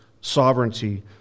sovereignty